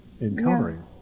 encountering